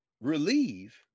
relieve